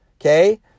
okay